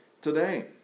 today